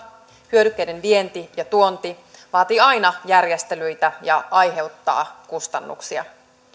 hyödykkeiden vienti ja tuonti vaativat aina järjestelyitä ja aiheuttavat kustannuksia